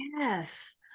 yes